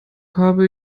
habe